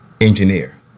engineer